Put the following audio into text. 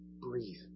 Breathe